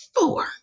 four